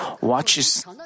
watches